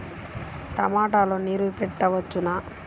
టమాట లో నీరు పెట్టవచ్చునా?